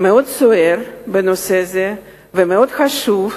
מאוד סוער ומאוד חשוב.